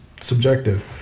subjective